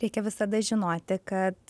reikia visada žinoti kad